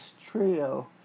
trio